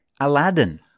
Aladdin